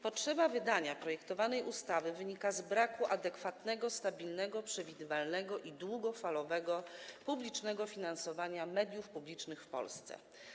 Potrzeba wydania projektowanej ustawy wynika z braku adekwatnego, stabilnego, przewidywalnego i długofalowego publicznego finansowania mediów publicznych w Polsce.